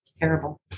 terrible